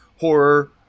horror